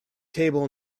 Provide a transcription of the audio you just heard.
table